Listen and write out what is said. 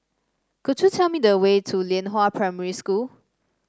could you tell me the way to Lianhua Primary School